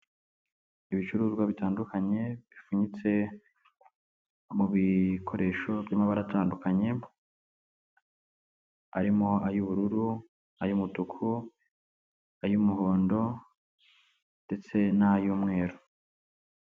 Ibicuruzwa bitandukanye bipfunyitse mu bikoresho by'amabara atandukanye arimo; ay'ubururu, ay'umutuku, ay'umuhondo ndetse n'ay'umweru.